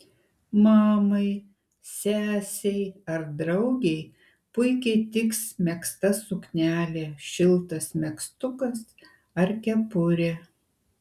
mamai sesei ar draugei puikiai tiks megzta suknelė šiltas megztukas ar kepurė